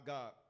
God